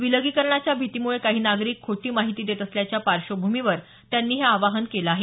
विलगीकरणाच्या भितीमुळे काही नागरिक खोटी माहिती देत असल्याच्या पार्श्वभूमीवर त्यांनी हे आवाहन केलं आहे